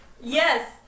Yes